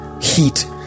heat